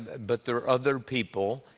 but there are other people,